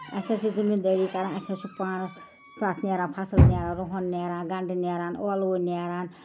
اَسہِ حظ چھِ زٔمیٖدٲری کَران اَسہِ حظ چھُ پانہٕ تَتھ نیران فصل یا رۄہن نیران گنٛڈٕ نیران ٲلوٕ نیران